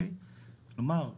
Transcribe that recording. כלומר,